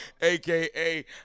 aka